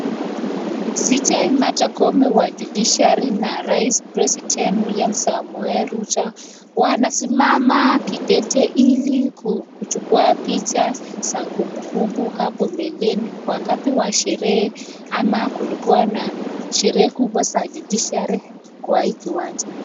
Cj Marta Koome na president William Samoei Ruto , wamesimama kidete ili kuchukua picha za kumbukumbu za hapo mbeleni wakati wa sherehe ama kulikuwa na sherehe kubwa za judiciary kwa hii kiwanja.